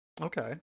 Okay